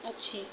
ଅଛି